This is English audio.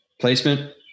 placement